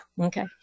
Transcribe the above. Okay